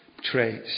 traits